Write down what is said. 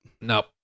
Nope